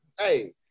hey